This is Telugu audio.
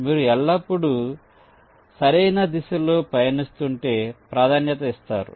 మీరు ఎల్లప్పుడూ మీరు సరైన దిశలో పయనిస్తుంటే ప్రాధాన్యత ఇస్తారు